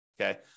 Okay